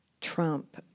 trump